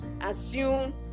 assume